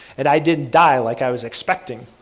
and i didn't die like i was expecting.